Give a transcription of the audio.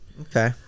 okay